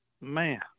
man